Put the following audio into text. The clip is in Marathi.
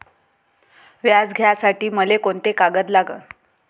व्याज घ्यासाठी मले कोंते कागद लागन?